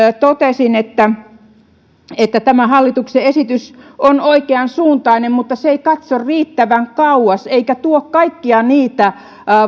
totesin tämä hallituksen esitys on oikeansuuntainen mutta se ei katso riittävän kauas eikä tuo kaikkia niitä